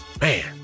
man